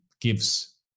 gives